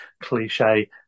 cliche